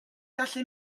gallu